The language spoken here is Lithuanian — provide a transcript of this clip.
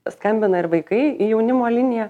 skambina ir vaikai į jaunimo liniją